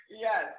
Yes